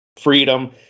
freedom